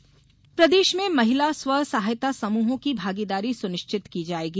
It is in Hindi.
मनरेगा प्रदेश में महिला स्व सहायता समूहों की भागीदारी सुनिश्चित की जाएगी